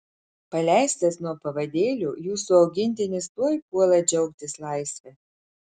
paleistas nuo pavadėlio jūsų augintinis tuoj puola džiaugtis laisve